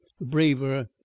braver